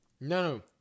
No